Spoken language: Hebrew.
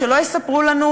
שלא יספרו לנו,